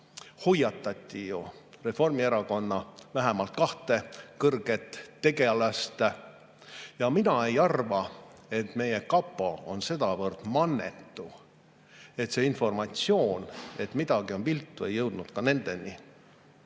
hoiatati ju Reformierakonna vähemalt kahte kõrget tegelast. Mina ei arva, et meie kapo on sedavõrd mannetu, et see informatsioon, et midagi on viltu, ei jõudnud nendeni.